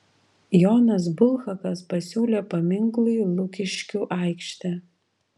jonas bulhakas pasiūlė paminklui lukiškių aikštę